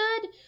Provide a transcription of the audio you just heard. good